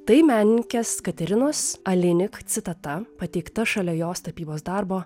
tai menininkės katarinos alinik citata pateikta šalia jos tapybos darbo